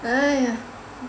!aiya!